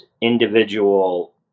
individual